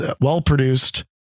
well-produced